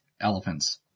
elephants